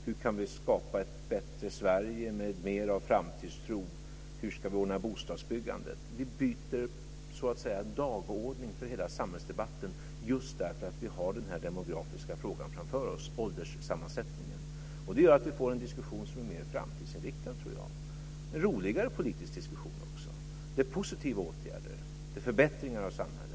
Hur kan vi skapa ett bättre Sverige med mer framtidstro? Hur ska vi ordna bostadsbyggandet? Vi byter så att säga dagordning för hela samhällsdebatten, just därför att vi har den här demografiska frågan framför oss: ålderssammansättningen. Det gör att vi får en diskussion som är mer framtidsinriktad. Det blir också en roligare politisk diskussion med positiva åtgärder, med förbättringar av samhället.